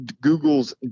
Google's